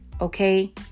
Okay